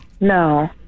No